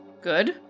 Good